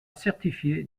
certifié